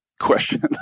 question